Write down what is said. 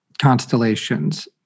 constellations